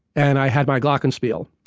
and i have my glockenspiel